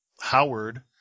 Howard